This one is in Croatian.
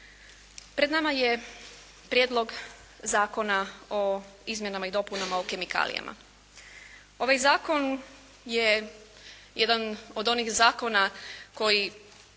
Pred nama je Prijedlog Zakona o izmjenama i dopunama o kemikalijama. Ovaj Zakon je jedan od onih zakona koji